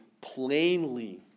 plainly